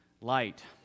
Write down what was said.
Light